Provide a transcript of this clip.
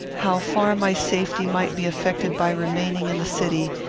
how far my safety might be affected by remaining in the city,